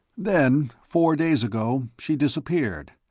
then, four days ago, she disappeared,